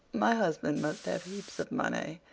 my husband must have heaps of money.